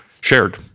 shared